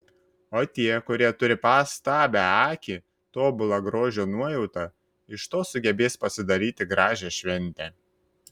o tie kurie turi pastabią akį tobulą grožio nuojautą iš to sugebės pasidaryti gražią šventę